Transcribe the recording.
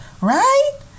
right